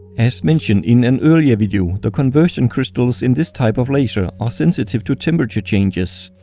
as mentioned in an earlier video the conversion crystals in this type of laser are sensitive to temperature changes.